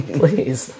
please